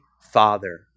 Father